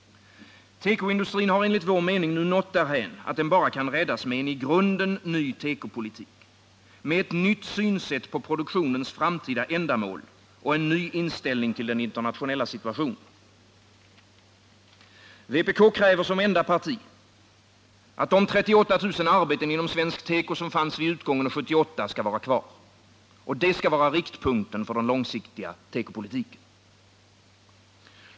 Tekoindustrin har enligt vår mening nått därhän att den bara kan räddas med en i grunden ny tekopolitik, med ett nytt synsätt på produktionens framtida ändamål och en ny inställning till den internationella situationen. Vpk kräver, som enda parti, att de 38 000 arbeten inom svensk teko som fanns vid utgången av 1978 skall vara kvar. Detta skall vara riktpunkten för den långsiktiga tekopolitiken.